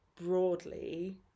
broadly